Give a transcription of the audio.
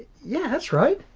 yeah, that's right.